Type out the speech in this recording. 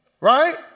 right